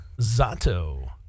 Zato